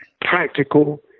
practical